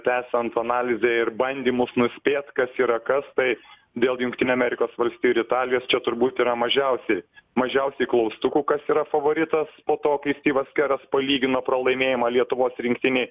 tęsiant analizę ir bandymus nuspėt kas yra kas tai dėl jungtinių amerikos valstijų ir italijos čia turbūt yra mažiausiai mažiausiai klaustukų kas yra favoritas po to kai styvas keras palygino pralaimėjimą lietuvos rinktinei